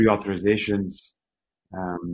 pre-authorizations